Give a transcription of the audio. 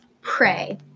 pray